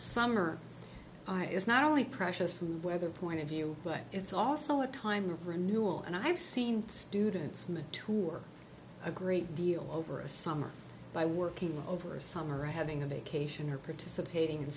summer is not only precious from the weather point of view but it's also a time of renewal and i've seen students mature a great deal over a summer by working over a summer or having a vacation or participating in